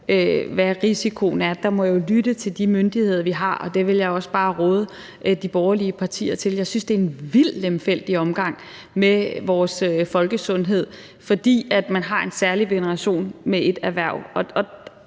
hvad risikoen er. Der må jeg jo lytte til de myndigheder, vi har, og det vil jeg også bare råde de borgerlige partier til. Jeg synes, det er en vild lemfældig omgang med vores folkesundhed, fordi man har en særlig veneration for et erhverv.